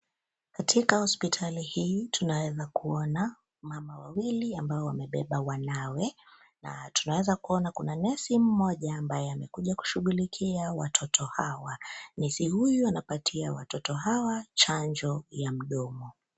Katika hospitali hii tunaweza kuona mama wawili ambao wamebeba wanawe, na tunaweza kuona kuna nesi mmoja ambaye amekuja kushughulikia watoto hawa. Nesi huyu anapatia watoto hawa chanjo ya mdomo.